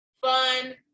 fun